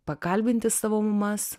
pakalbinti savo mamas